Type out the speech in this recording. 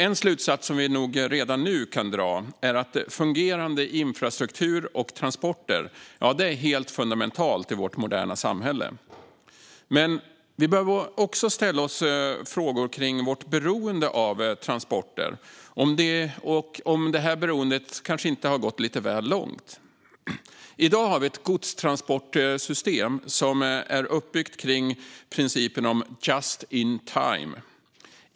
En slutsats som vi nog redan nu kan dra är att fungerande infrastruktur och transporter är helt fundamentalt i vårt moderna samhälle. Men vi behöver också ställa oss frågor om vårt beroende av transporter och fråga oss om detta beroende kanske har gått lite väl långt. I dag har vi ett godstransportsystem som är uppbyggt kring principen om just in time.